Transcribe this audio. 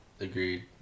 Agreed